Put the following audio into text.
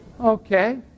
Okay